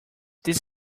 this